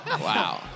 Wow